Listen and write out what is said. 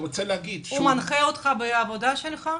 הוא מנחה אותך בעבודה שלך?